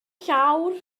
llawr